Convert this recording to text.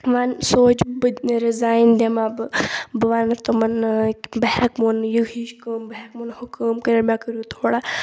وَنہِ سونٛچہِ بہٕ رِزاین دِما بہٕ بہٕ وَنہٕ تِمَن نا بہٕ ہٮ۪کو نہٕ یہِ ہِش کٲم بہٕ ہٮ۪کو نہٕ ہُہ کٲم کٔرِتھ مےٚ کٔرِو تھوڑا